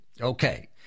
Okay